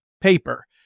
paper